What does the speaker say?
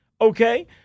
okay